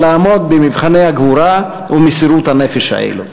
לעמוד במבחני הגבורה ומסירות הנפש האלו.